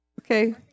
Okay